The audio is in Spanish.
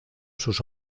sus